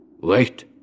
Wait